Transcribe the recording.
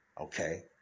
Okay